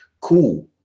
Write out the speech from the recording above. Cool